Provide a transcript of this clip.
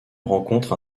rencontre